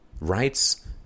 rights